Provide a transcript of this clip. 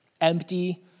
empty